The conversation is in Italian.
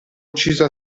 ucciso